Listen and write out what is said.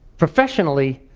professionally,